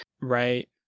Right